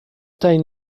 taille